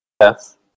Yes